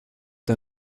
der